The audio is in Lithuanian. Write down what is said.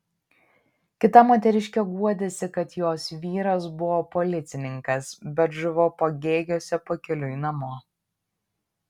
kita moteriškė guodėsi kad jos vyras buvo policininkas bet žuvo pagėgiuose pakeliui namo